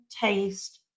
taste